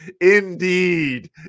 Indeed